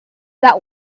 that